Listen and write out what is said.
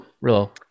real